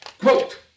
Quote